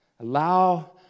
allow